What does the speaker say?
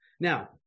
Now